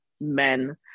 men